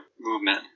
movement